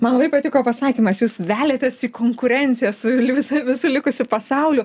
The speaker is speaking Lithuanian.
man labai patiko pasakymas jūs veliatės į konkurenciją su visa visu likusiu pasauliu